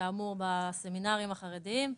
כאמור, בסמינרים החרדיים.